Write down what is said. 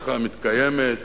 והשיחה מתקיימת,